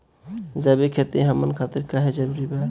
जैविक खेती हमन खातिर काहे जरूरी बा?